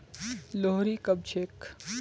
लोहड़ी कब छेक